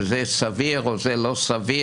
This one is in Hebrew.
שזה סביר או זה לא סביר,